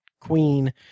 queen